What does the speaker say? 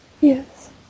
Yes